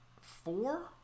Four